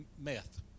meth